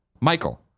Michael